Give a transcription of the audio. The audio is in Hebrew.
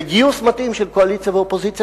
בגיוס מתאים של קואליציה ואופוזיציה.